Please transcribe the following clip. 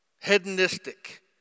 hedonistic